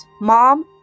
mom